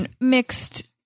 mixed